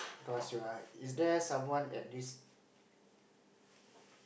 close your eye is there someone at this